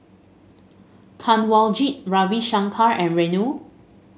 Kanwaljit Ravi Shankar and Renu